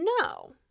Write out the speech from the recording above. no